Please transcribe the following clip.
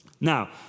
Now